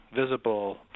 visible